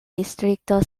distrikto